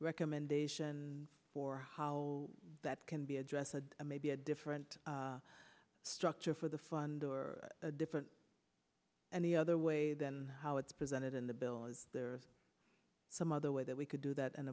recommendation for how that can be adjusted and maybe a different structure for the fund or a different and the other way than how it's presented in the bill is there some other way that we could do that and